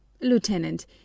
Lieutenant